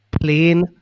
plain